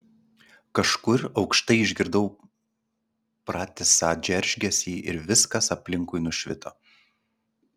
kažkur aukštai išgirdau pratisą džeržgesį ir viskas aplinkui nušvito